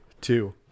Two